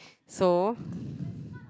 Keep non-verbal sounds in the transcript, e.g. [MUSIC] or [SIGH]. so [BREATH]